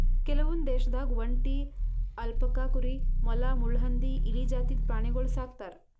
ಕೆಲವೊಂದ್ ದೇಶದಾಗ್ ಒಂಟಿ, ಅಲ್ಪಕಾ ಕುರಿ, ಮೊಲ, ಮುಳ್ಳುಹಂದಿ, ಇಲಿ ಜಾತಿದ್ ಪ್ರಾಣಿಗೊಳ್ ಸಾಕ್ತರ್